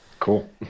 Cool